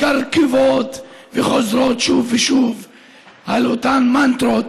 מקרקרות וחוזרות שוב ושוב על אותן מנטרות